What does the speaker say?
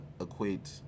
equate